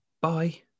Bye